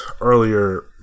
earlier